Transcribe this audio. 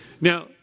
Now